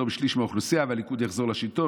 משליש מהאוכלוסייה והליכוד יחזור לשלטון,